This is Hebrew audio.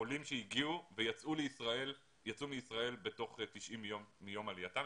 עולים שהגיעו ויצאו מישראל בתוך 90 ימים מיום עלייתם.